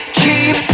keep